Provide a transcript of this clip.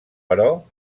però